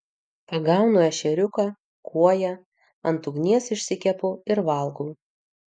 pagaunu ešeriuką kuoją ant ugnies išsikepu ir valgau